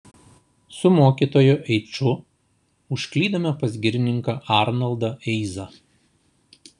su mokytoju eiču užklydome pas girininką arnoldą eizą